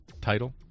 title